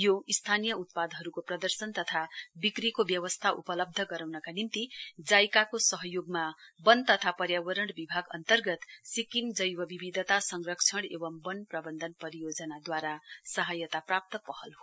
यो स्थानीय उत्पादहरूको प्रदर्शन तथा विक्रीको व्यवस्था उपलब्ध गराउनका निम्ति जेआईसि ए को सहयोगमा वन तथा पर्यावरण विभाग अन्तगर्त सिक्किम जैवविविधता संरक्षण एवं वन प्रवन्धन परियोजनाद्वारा सहायता प्राप्त पहल हो